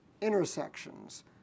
intersections